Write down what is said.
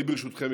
ברשותכם,